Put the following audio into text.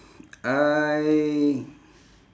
I